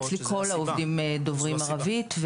אצלי כל העובדים הם דוברי ערבית.